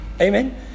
Amen